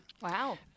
wow